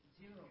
Zero